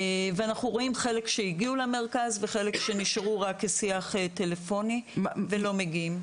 אנחנו רואים חלק שהגיעו למרכז וחלק שנשארו רק כשיח טלפוני ולא מגיעים.